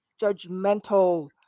judgmental